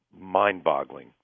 mind-boggling